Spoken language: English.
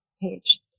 page